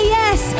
yes